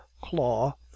claw